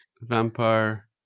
vampire